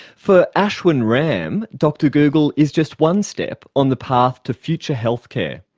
for ashwin ram, dr google is just one step on the path to future healthcare.